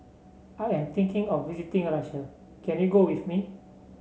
I am taking of visiting a Russia can you go with me